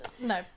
No